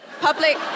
Public